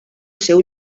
seu